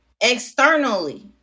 externally